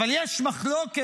אבל יש מחלוקת